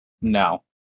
no